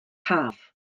haf